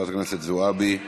חברי הכנסת זועבי,